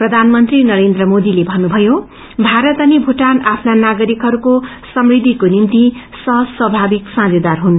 प्रधानमंत्री नरेन्द्र मोदीले भन्नुभयो भारत औ भूटान आफ्नो नागरिकहरूको समृखिको निम्ति सहज स्वाभाविक सामोदार हुन्